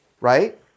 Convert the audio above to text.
right